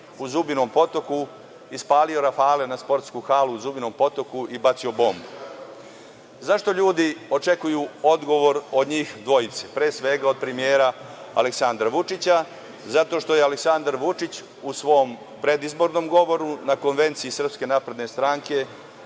u Zubinom potoku, ispalio rafale na sportsku halu u Zubinom Potoku i bacio bombu? Zašto ljudi očekuju odgovor od njih dvojice, pre svega od premijera Aleksandra Vučića? Zato što je Aleksandar Vučić u svom predizbornom govoru na konvenciji SNS u sportskoj